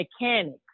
mechanics